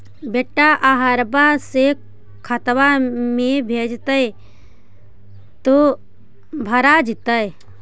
बेटा बहरबा से खतबा में भेजते तो भरा जैतय?